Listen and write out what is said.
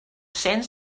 sends